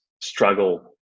struggle